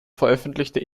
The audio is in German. veröffentlichte